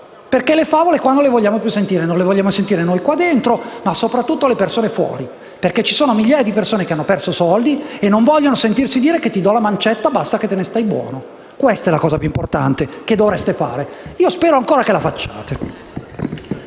perché le favole qui non le vogliamo più sentire, ma soprattutto non vogliono sentirle le persone fuori di qui, perché ci sono migliaia di persone che hanno perso dei soldi e non vogliono sentirsi dire: «ti do la mancetta, basta che te ne stai buono». Questa è la cosa più importante che dovreste fare e spero ancora che la facciate.